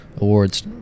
awards